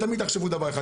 ותמיד תחשבו דבר אחד,